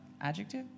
adjective